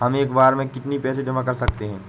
हम एक बार में कितनी पैसे जमा कर सकते हैं?